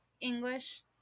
English